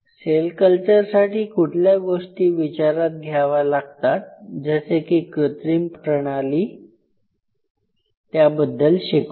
sale कल्चरसाठी कुठल्या गोष्टी विचारात घ्याव्या लागतात जसे की कृत्रिम प्रणाली त्याबद्दल शिकू